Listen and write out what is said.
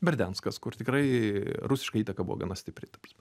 berdianskas kur tikrai rusiška įtaka buvo gana stipri ta prasme